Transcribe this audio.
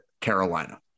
Carolina